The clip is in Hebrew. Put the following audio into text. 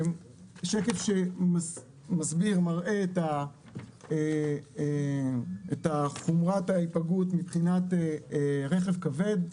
זה שקף שמראה ומסביר את חומרת ההתפלגות מבחינת רכב כבד.